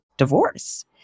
divorce